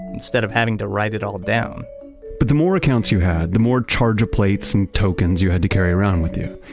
instead of having to write it all down but the more accounts you had, the more charger plates and tokens you had to carry around with you.